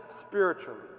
spiritually